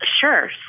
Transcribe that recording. Sure